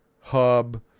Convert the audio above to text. hub